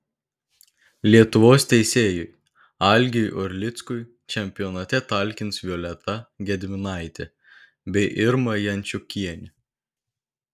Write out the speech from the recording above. lietuvos teisėjui algiui orlickui čempionate talkins violeta gedminaitė bei irma jančiukienė